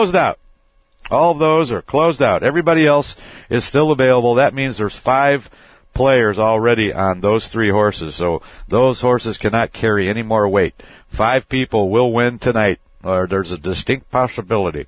up all those are closed out everybody else is still available that means there's five players already on those three horses so those horses cannot carry any more weight five people will win tonight there's a distinct possibility